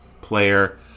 player